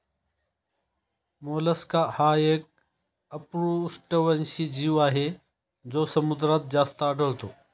Mollusca हा एक अपृष्ठवंशी जीव आहे जो समुद्रात जास्त आढळतो